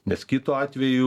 nes kitu atveju